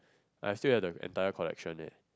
I still have the entire collections leh